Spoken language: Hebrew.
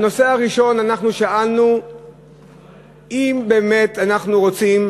הנושא הראשון, אנחנו שאלנו אם באמת אנחנו רוצים